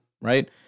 right